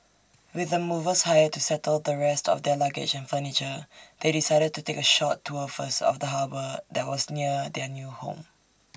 with the movers hired to settle the rest of their luggage and furniture they decided to take A short tour first of the harbour that was near their new home